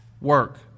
work